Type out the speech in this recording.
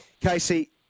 Casey